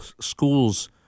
schools